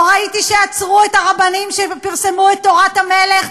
לא ראיתי שעצרו את הרבנים שפרסמו את "תורת המלך",